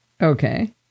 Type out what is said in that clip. Okay